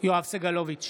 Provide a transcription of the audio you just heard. יואב סגלוביץ'